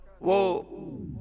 Whoa